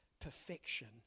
perfection